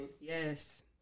Yes